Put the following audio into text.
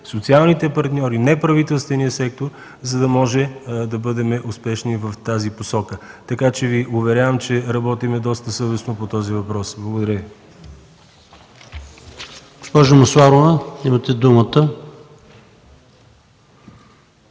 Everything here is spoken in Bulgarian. социалните партньори, неправителственият сектор, за да можем да бъдем успешни в тази посока. Уверявам Ви, че работим доста съвестно по този въпрос. Благодаря Ви.